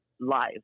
live